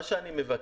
מה שאני מבקש,